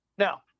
Now